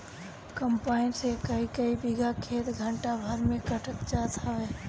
combine से कईकई बीघा खेत घंटा भर में कटात जात हवे